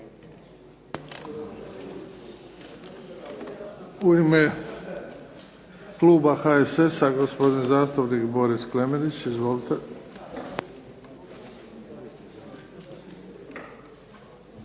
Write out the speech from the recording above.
U ime kluba HSS-a gospodin zastupnik Boris Klemenić. Izvolite.